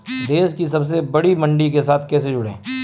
देश की सबसे बड़ी मंडी के साथ कैसे जुड़ें?